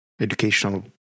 educational